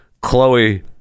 Chloe